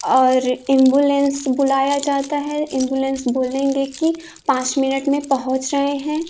और इम्बूलेंस बुलाया जाता है इम्बूलेंस बोलेंगे कि पाँच मिनट में पहुँच रहे हैं